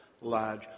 large